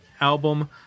album